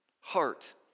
Heart